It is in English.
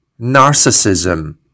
narcissism